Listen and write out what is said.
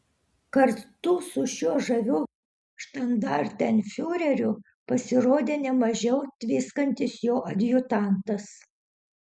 kartu su šiuo žaviu štandartenfiureriu pasirodė ne mažiau tviskantis jo adjutantas